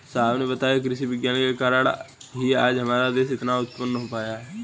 साहब ने बताया कि कृषि विज्ञान के कारण ही आज हमारा देश इतना उन्नत हो पाया है